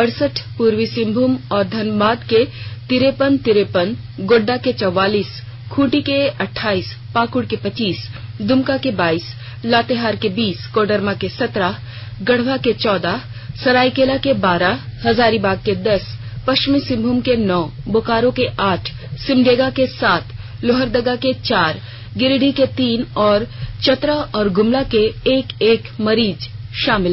अड़सठ पूर्वी सिंहभूम और धनबाद के तिरेपन तिरेपन गोड्डा के चौवालीस खूंटी के अठाइस पाकुड़ के पच्चीस दुमका के बाइस लातेहार के बीस कोडरमा के सत्रह गढ़वा के चौदह सरायकेला के बारह हजारीबाग के दस पश्चिमी सिंहभूम के नौ बोकारो के आठ सिमडेगा के सात लोहरदगा के चार गिरिडीह के तीन और चतरा और गुमला के एक एक मरीज शामिल हैं